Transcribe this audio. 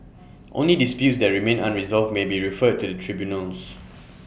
only disputes that remain unresolved may be referred to the tribunals